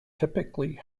typically